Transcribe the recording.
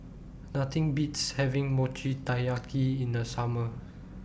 Nothing Beats having Mochi Taiyaki in The Summer